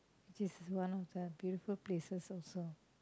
it is one of the beautiful places also